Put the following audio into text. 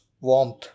warmth